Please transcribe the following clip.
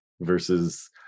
versus